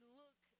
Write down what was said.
look